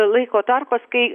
laiko tarpas kai